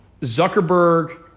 Zuckerberg